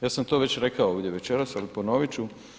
Ja sam to već rekao ovdje večeras, ali ponovit ću.